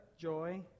joy